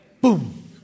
Boom